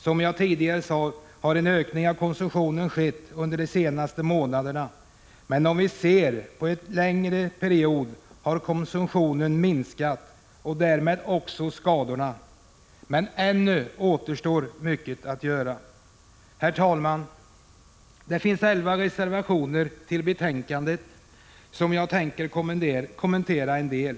Som jag sade tidigare har en ökning av konsumtionen skett under de senaste månaderna. Men om vi ser på en längre period har konsumtionen minskat och därmed också skadorna. Ännu återstår mycket att göra. Herr talman! Det finns elva reservationer till betänkandet, som jag tänker kommentera en del.